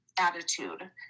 attitude